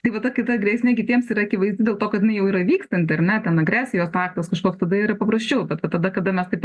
tai va ta kai ta grėsmei kitiems yra akivaizdi dėl to kad jinau jau yra vykstanti ar ne ten agresijos aktas kažkoks tada yra paprasčiau tada kada mes taip